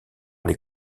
les